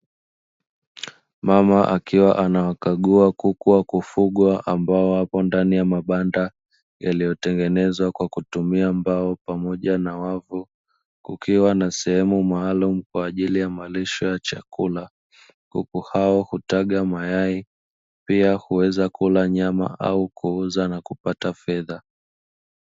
Mama akiwa anawakagua kuku wa kufugwa, ambao wapo ndani ya mabanda yaliyotengenezwa kwa kutumia mbao pamoja na wavu, kukiwa na sehemu maalumu kwa ajili ya malisho ya chakula. Kuku hao kutaga mayai pia kuweza kula nyama au kuuza na kupata fedha.